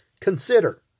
Consider